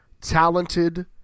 talented